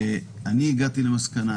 אני הגעתי למסקנה,